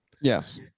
yes